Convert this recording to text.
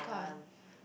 [oh]-my-god